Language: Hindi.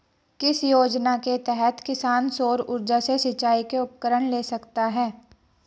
किस योजना के तहत किसान सौर ऊर्जा से सिंचाई के उपकरण ले सकता है?